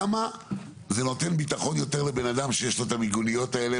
כמה זה נותן בטחון יותר לבן אדם שיש לו את המיגוניות האלה,